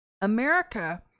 America